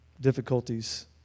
Difficulties